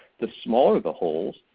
the smaller the holes,